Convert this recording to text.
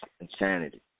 insanity